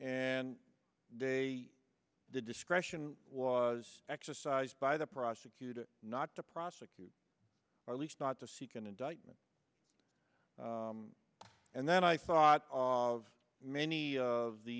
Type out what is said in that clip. and they did discretion was exercised by the prosecutor not to prosecute or at least not to seek an indictment and then i thought of many of the